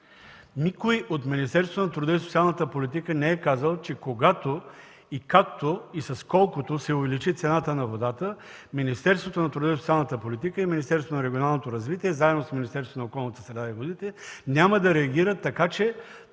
Никой от Министерството на труда и социалната политика не е казал, че когато и както и с колкото се увеличи цената на водата, Министерството на труда и социалната политика и Министерството на регионалното развитие заедно с Министерството на околната среда и водите няма да реагират така, че